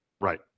Right